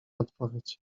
odpowiedź